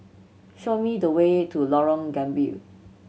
show me the way to Lorong Gambir